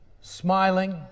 smiling